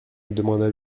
demanda